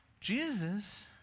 Jesus